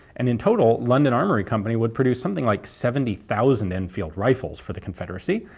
and in total, london armoury company would produce something like seventy thousand enfield rifles for the confederacy.